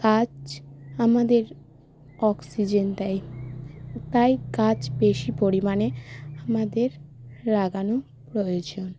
গাছ আমাদের অক্সিজেন দেয় তাই গাছ বেশি পরিমাণে আমাদের লাগানো প্রয়োজন